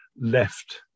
left